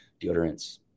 deodorants